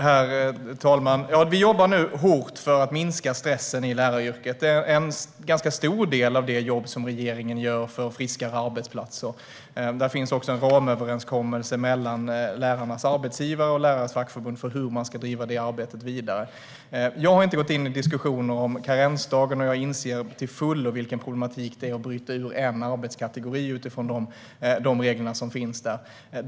Herr talman! Vi jobbar hårt för att minska stressen i läraryrket. Det är en ganska stor del av det jobb regeringen gör för friskare arbetsplatser. Det finns också en ramöverenskommelse mellan lärarnas arbetsgivare och lärarnas fackförbund för hur man ska driva detta arbete vidare. Jag har inte gått in i diskussioner om karensdagen, och jag inser till fullo vilken problematik det är att bryta ut en arbetskategori från de regler som finns.